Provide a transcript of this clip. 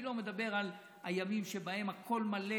אני לא מדבר על הימים שבהם הכול מלא,